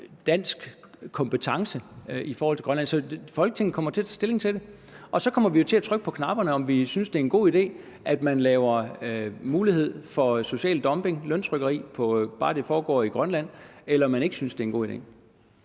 dansk kompetence i forhold til Grønland. Så Folketinget kommer til at tage stilling til det. Og så kommer vi jo til at trykke på knapperne, med hensyn til om vi synes, det er en god idé, at man giver mulighed for social dumping, løntrykkeri, bare det foregår i Grønland, eller om vi ikke synes, det er en god idé.